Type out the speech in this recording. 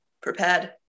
prepared